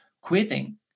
quitting